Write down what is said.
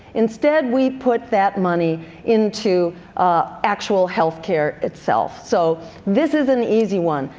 instead we put that money into actual healthcare itself. so this is an easy one.